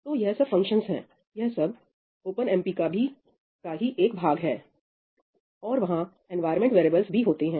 तो यह सब फंक्शंस है यह सब OpenMP का भी एक भाग है और वहां एनवायरमेंट वैरियेबल्स भी होते हैं